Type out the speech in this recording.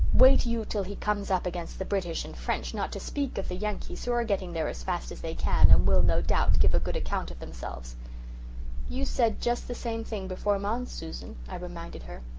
wait you till he comes up against the british and french, not to speak of the yankees, who are getting there as fast as they can and will no doubt give a good account of themselves you said just the same thing before mons, susan i reminded her.